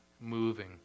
moving